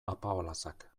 apaolazak